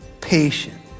patient